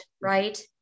right